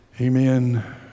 Amen